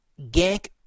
Gank